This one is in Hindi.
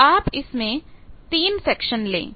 तो आप इसमें 3 सेक्शन ले